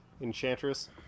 Enchantress